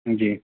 جی